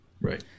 Right